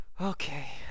Okay